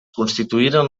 constituïren